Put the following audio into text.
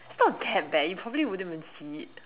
it's not that bad you probably wouldn't even see it